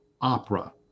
opera